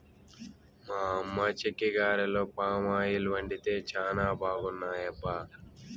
మా అమ్మ చెక్కిగారెలు పామాయిల్ వండితే చానా బాగున్నాయబ్బా